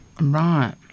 Right